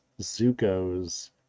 zuko's